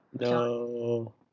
no